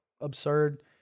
absurd